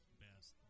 best